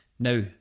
Now